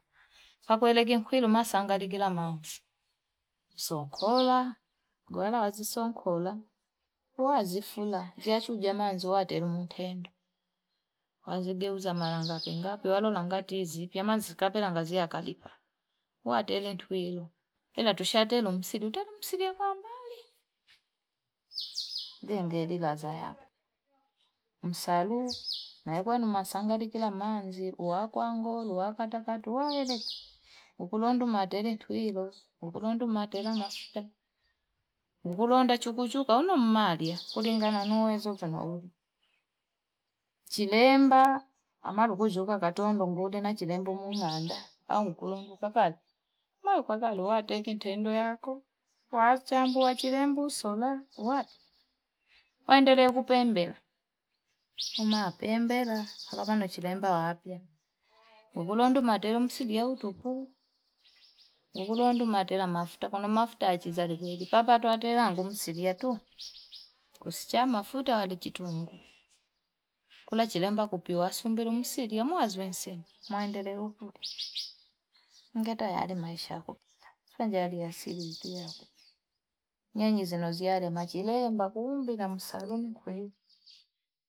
Pakuwelegi mkwilu maasangari kila manzi. Usonkola. Kigwela wazisonkola. Wazifula. Jiasu ujiamanzi watele mutendo. Wazigeuza marangapi ngapi. Pio alolangati izi. Pio manzi kape langazi ya kalifa. Watele ntu ilo. Ila tushatele msiri. Utele msiri ya kwa mbali. Ndengedi gaza yako. Msalu. Naekuwa ni maasangari kila manzi. uwakwango uwakata kata tuwaele ukuluwandu matere tuilo, ukuliwandu watera mafuta, ukuluwandu chuku chuku auna mmalia kulingana na uwezo kwa nauli chilemba amaluguza katondo nguli na chilemba umanda au nkulongu kwa kazi nae kwanza nteki tende yako waachambua chilembuso lo watu aendelee kupembela kumapembe kumapembela alu vandu chilemba wapya ugulundu matee sio utupuu ukuwandu watela mafuta kwani mafuta chizali kweli, papa te angu msilie tu. Usichamafuta wali kitunguu kunachilemba kupewa sumbile msilie mwanzu we nsiwe mwaendeleu ngatayari maisha kupita si wanjasiliake naninyi zinazulia machilemba kuumbe namsalu kweli.